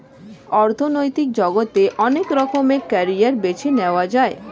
অর্থনৈতিক জগতে অনেক রকমের ক্যারিয়ার বেছে নেয়া যায়